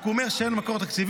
רק הוא אומר שאין לו מקור תקציבי,